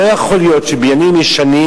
לא יכול להיות שבניינים ישנים,